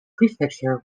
prefecture